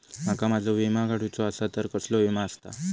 माका माझो विमा काडुचो असा तर कसलो विमा आस्ता?